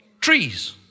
trees